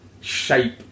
shape